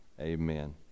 Amen